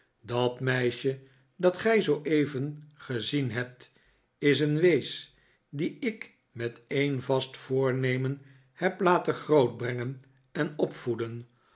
dat meisje dat gij zooeven gezien hebt is een wees die ik met een vast voornemen heb laten grootbrengen en opvoeden